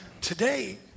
today